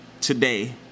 today